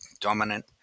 dominant